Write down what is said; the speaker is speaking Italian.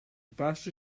passo